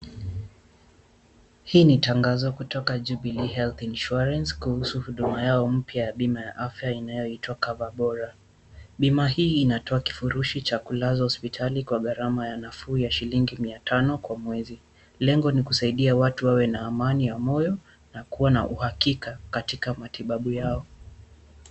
Hii ni tangazo kutoka Jubilee health insurance kuhusu huduma yao mpya ya bima ya afya inayoitwa cover bora. Bima hii ibagoa kufurushi cha kulazwa hospitali kwa gharama ya nafuu ya shilingi mia tano kwa mwezi. Lengo ni kusaidia watu wawe na amani ya moyo na kuwa na uhakika katika matibabu yao.